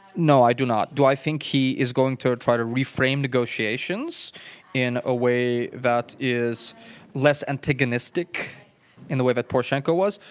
no, i do not. do i think he is going to try to reframe negotiations in a way that is less antagonistic in the way that poroshenko was?